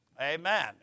Amen